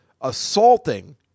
assaulting